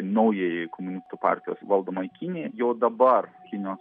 naujajai komunistų partijos valdomai kinijai jau dabar kinijos